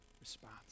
response